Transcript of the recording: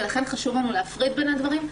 ולכן חשוב לנו להפריד בין הדברים.